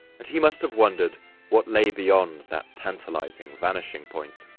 and he must have wondered what lay beyond that tantalizing vanishing point.